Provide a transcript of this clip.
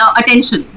attention